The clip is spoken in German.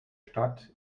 stadt